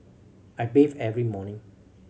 I bathe every morning